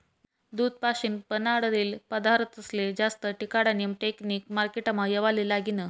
दूध पाशीन बनाडेल पदारथस्ले जास्त टिकाडानी टेकनिक मार्केटमा येवाले लागनी